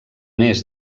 més